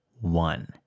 one